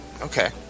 Okay